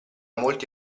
molti